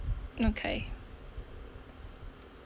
okay